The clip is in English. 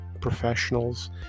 professionals